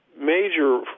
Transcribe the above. major